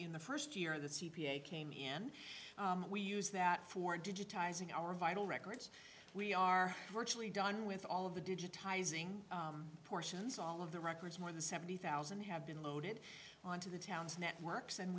in the first year the c p a came in we use that for digitizing our vital records we are virtually done with all of the digitizing portions all of the records more than seventy thousand have been loaded on to the town's networks and